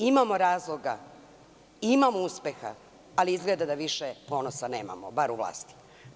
Imamo razloga, imamo uspeha, ali izgleda da više ponosa nemamo, bar u vlasti.